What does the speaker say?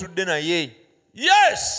Yes